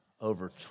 over